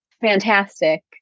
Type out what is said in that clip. fantastic